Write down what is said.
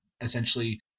essentially